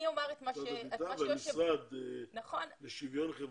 גם המשרד לשוויון חברתי.